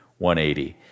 180